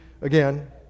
again